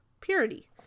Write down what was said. purity